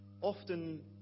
Often